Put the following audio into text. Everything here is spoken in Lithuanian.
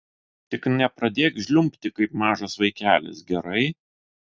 tik nepradėk žliumbti kaip mažas vaikelis gerai